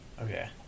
Okay